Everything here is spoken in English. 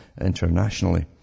internationally